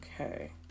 Okay